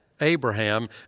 Abraham